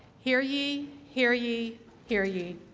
hear ye hear ye hear ye,